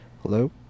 Hello